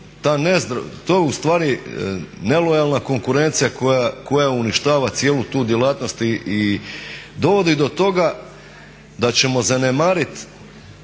to je ustvari nelojalna konkurencija koja uništava cijelu tu djelatnost i dovodi do toga ga ćemo zanemariti